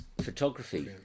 photography